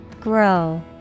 Grow